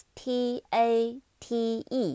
State